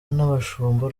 n’abashumba